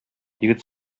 егет